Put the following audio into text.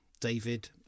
David